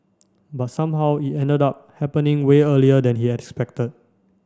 but somehow it ended up happening way earlier than he'd expected